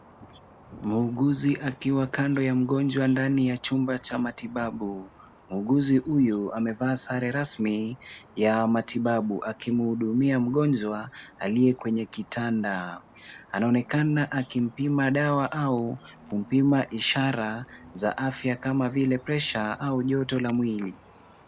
Munguzi akiwa kando ya mgonjwa ndani ya chumba cha matibabu, munguzi huyu amevaa sare rasmi ya matibabu akimuhudumia mgonjwa aliye kwenye kitanda, anaonekana akimpima dawa au kupima ishara za afya kama vile pressure au joto la mwili.